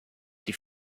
die